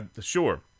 Sure